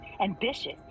ambitious